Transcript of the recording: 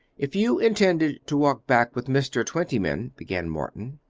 if you intended to walk back with mr. twentyman, began morton.